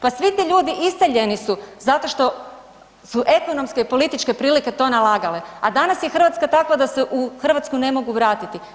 Pa svi ti ljudi iseljeni su zato što su ekonomske i političke prilike to nalagale, a danas je Hrvatska takva da se u Hrvatsku ne mogu vratiti.